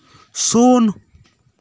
ᱥᱩᱱ